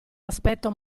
aspetto